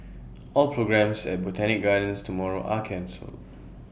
all programmes at Botanic gardens tomorrow are cancelled